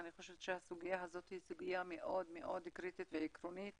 אני חושבת שהסוגיה הזאת היא סוגיה מאוד קריטית ועקרונית